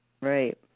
right